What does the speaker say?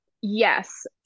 Yes